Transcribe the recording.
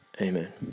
amen